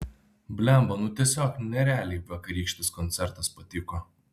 blemba nu tiesiog nerealiai vakarykštis koncertas patiko